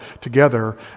together